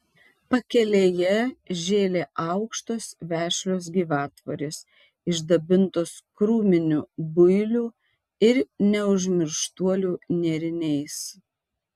pakelėje žėlė aukštos vešlios gyvatvorės išdabintos krūminių builių ir neužmirštuolių nėriniais